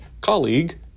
colleague